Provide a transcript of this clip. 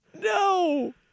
No